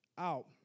out